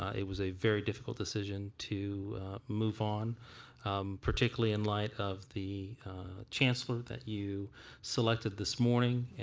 ah it was a very difficult decision to move on particularly in light of the chancellor that you selected this morning.